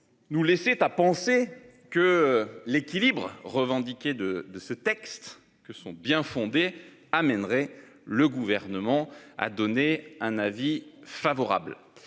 Nous laissait à penser que l'équilibre revendiqué de de ce texte que son fondé amènerait le gouvernement a donné un avis favorable